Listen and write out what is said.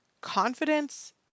Confidence